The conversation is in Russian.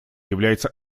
является